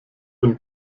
und